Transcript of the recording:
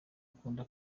akunda